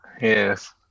Yes